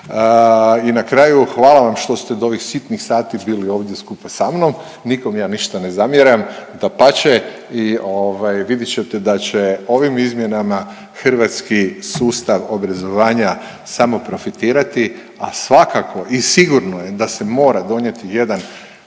i na kraju hvala vam što ste do ovih sitnih sati bili ovdje skupa sa mnom. Nikom ja ništa ne zamjeram, dapače i ovaj vidit će ovim izmjenama hrvatski sustav obrazovanja samo profitirati, a svakako i sigurno je da se mora donijeti jedan